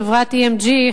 חברת EMG,